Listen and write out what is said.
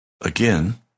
Again